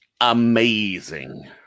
Amazing